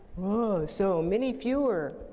so, many fewer.